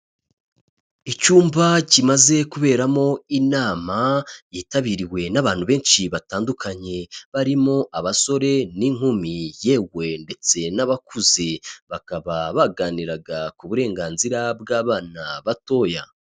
Icyumba kimaze kuberamo inama, yitabiriwe n'abantu benshi batandukanye, barimo abasore n'inkumi yewe ndetse n'abakuze, bakaba baganiraga ku burenganzira bw'abana batoya.